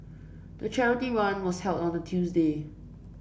the charity run was held on a Tuesday